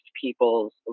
people's